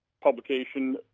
publication